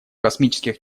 космических